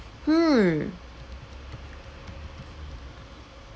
hmm